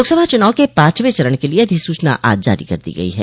लोकसभा चुनाव के पांचवें चरण के लिये अधिसूचना आज जारी कर दी गई है